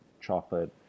chocolate